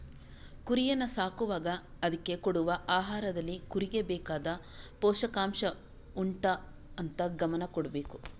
ಕುರಿಯನ್ನ ಸಾಕುವಾಗ ಅದ್ಕೆ ಕೊಡುವ ಆಹಾರದಲ್ಲಿ ಕುರಿಗೆ ಬೇಕಾದ ಪೋಷಕಾಂಷ ಉಂಟಾ ಅಂತ ಗಮನ ಕೊಡ್ಬೇಕು